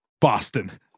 boston